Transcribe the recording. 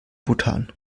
bhutan